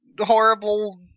horrible